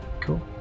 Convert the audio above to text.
Cool